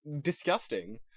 disgusting